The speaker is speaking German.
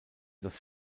das